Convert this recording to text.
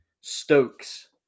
Stokes